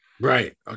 Right